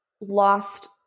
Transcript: lost